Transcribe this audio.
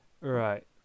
Right